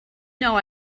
know